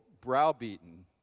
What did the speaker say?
browbeaten